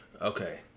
Okay